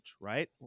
right